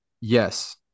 Yes